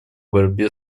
борьбе